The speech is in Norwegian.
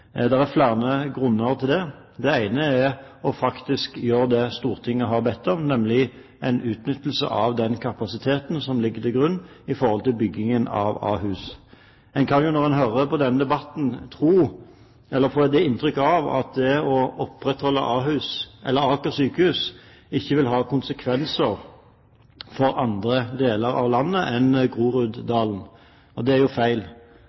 er flere grunner til det. Det ene er faktisk å gjøre det Stortinget har bedt om, nemlig å utnytte den kapasiteten som ligger til grunn i forhold til byggingen av Ahus. En kan når man hører på denne debatten, få det inntrykk at det å opprettholde Aker sykehus ikke vil ha konsekvenser for andre deler av landet enn Groruddalen. Det er jo feil.